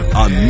on